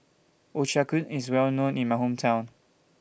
Ochazuke IS Well known in My Hometown